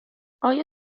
آیا